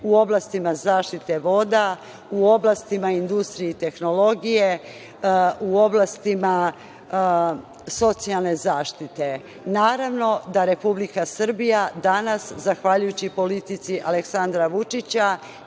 u oblastima zaštite voda, u oblastima industrije i tehnologije, u oblastima socijalne zaštite. Naravno da Republika Srbija danas, zahvaljujući politici Aleksandra Vučića,